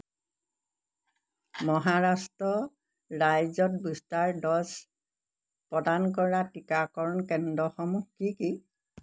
মহাৰাষ্ট্ৰ ৰাজ্যত booster dose প্ৰদান কৰা টীকাকৰণ কেন্দ্ৰসমূহ কি কি